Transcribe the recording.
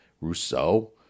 Rousseau